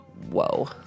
Whoa